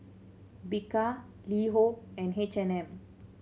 Bika LiHo and H and M